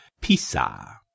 Pisa